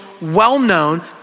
well-known